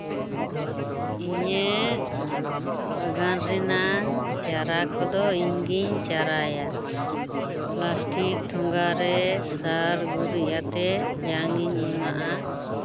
ᱤᱧᱟᱹᱜ ᱵᱟᱜᱟᱱ ᱨᱮᱱᱟᱜ ᱪᱟᱨᱟ ᱠᱚᱫᱚ ᱤᱧᱜᱤᱧ ᱪᱟᱨᱟᱭᱟ ᱯᱞᱟᱥᱴᱤᱠ ᱴᱷᱚᱸᱜᱟ ᱨᱮ ᱥᱟᱨ ᱜᱩᱨᱤᱡ ᱟᱛᱮᱫ ᱡᱟᱝ ᱤᱧ ᱮᱢᱟᱜᱼᱟ